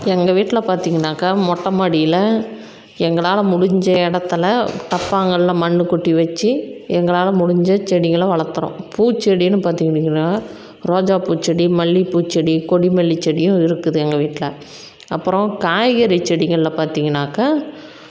எங்கள் வீட்டில் பார்த்திங்கனாக்கா மொட்டை மாடியில் எங்களால் முடிஞ்ச இடத்துல டப்பாங்களில் மண்ணு கொட்டி வச்சு எங்களால் முடிஞ்ச செடிகளை வளர்த்துறோம் பூச்செடினு பார்த்துக்கிட்டிங்கனா ரோஜாப்பூ செடி மல்லிப்பூ செடி கொடி மல்லி செடியும் இருக்குது எங்கள் வீட்டில் அப்புறம் காய்கறி செடிகளில் பார்த்திங்கன்னாக்கா